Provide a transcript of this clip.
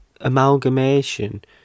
amalgamation